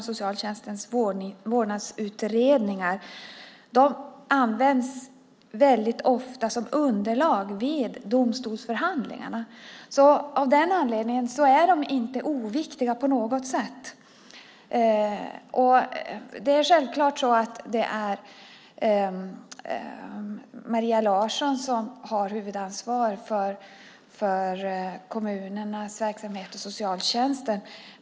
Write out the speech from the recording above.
Socialtjänstens vårdnadsutredningar används ofta som underlag vid domstolsförhandlingarna. Av den anledningen är de inte på något sätt oviktiga. Det är naturligtvis Maria Larsson som har ansvar för kommunernas verksamhet och socialtjänsten.